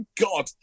God